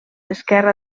esquerra